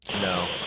No